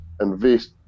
invest